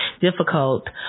difficult